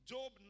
Job